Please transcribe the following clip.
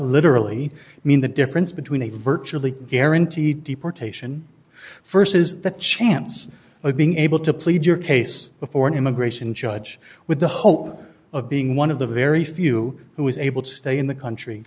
literally mean the difference between a virtually guaranteed deportation st is the chance of being able to plead your case before an immigration judge with the hope of being one of the very few who is able to stay in the country